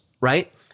right